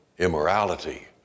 Immorality